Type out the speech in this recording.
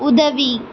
உதவி